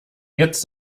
jetzt